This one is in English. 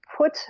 Put